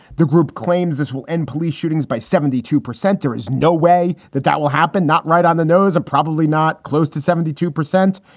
the group claims this will end police shootings by seventy two percent. there is no way that that will happen, not right on the nose and probably not close to seventy two percent,